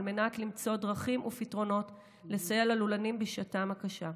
על מנת למצוא דרכים ופתרונות לסייע ללולנים בשעתם הקשה.